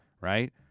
right